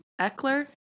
Eckler